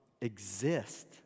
exist